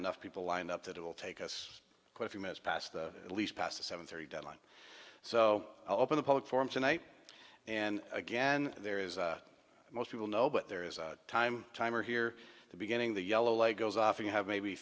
enough people lined up that it will take us quite a few minutes past the at least past the seven thirty deadline so open the public forum tonight and again there is most people know but there is a time timer here the beginning the yellow light goes off you have maybe